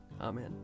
Amen